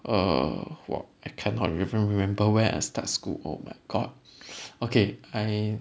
err what I cannot even remember when I start school oh my god okay I